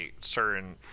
certain